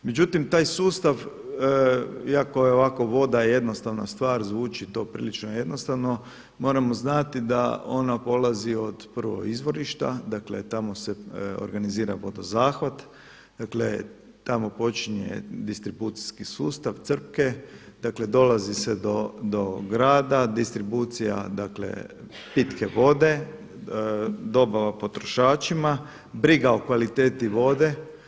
Međutim, taj sustav iako je ovako voda jednostavna stvar, zvuči to prilično jednostavno, moramo znati da ona polazi prvo od izvorišta, dakle tamo se organizira vodozahvat, dakle tamo počinje distribucijski sustav, crpke, dakle dolazi se do grada, distribucija dakle pitke vode, dobava potrošačima, briga o kvaliteti vode.